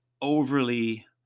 overly